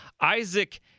Isaac